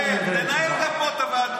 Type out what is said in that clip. תנהל גם פה את המליאה.